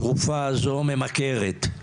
תרופה זו ממכרת.